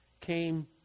came